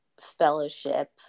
fellowship